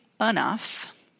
enough